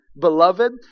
beloved